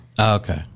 Okay